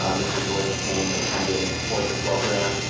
um mr. deutsch came and attended in support of the program.